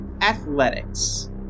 Athletics